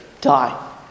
die